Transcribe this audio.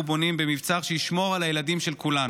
בונים במבצר שישמור על הילדים של כולנו.